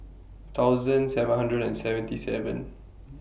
thousand seven hundred and seventy seven